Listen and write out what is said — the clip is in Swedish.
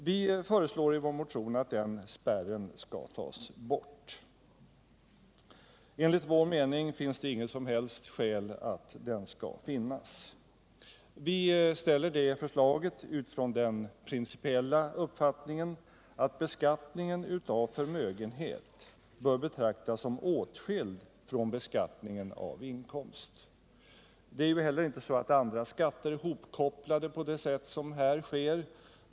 Vi föreslår i vår motion att den spärren skall tas bort. Enligt vår mening föreligger det inget som helst skäl att den skall finnas. Vi ställer det förslaget utifrån den principiella uppfattningen att beskattningen av förmögenhet bör betraktas som åtskild från beskattningen av inkomst. Det är ju heller inte så att andra skatter är hopkopplade på det sätt som här sker.